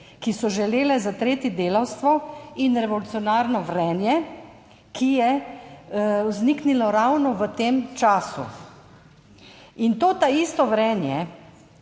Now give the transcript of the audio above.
ki so želele zatreti delavstvo in revolucionarno vrenje, ki je vzniknilo ravno v tem času. In to ta isto vrenje